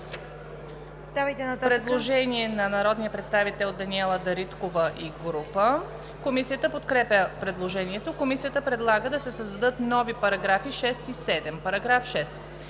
Предложение на народния представител Даниела Дариткова и група народни представител. Комисията подкрепя предложението. Комисията предлага да се създадат нови параграфи 6 и 7: „§ 6.